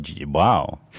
Wow